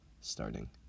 Starting